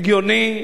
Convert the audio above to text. הגיוני,